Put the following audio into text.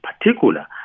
particular